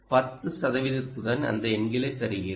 10 சதவீதத்துடன் அந்த எண்களை தருகிறேன்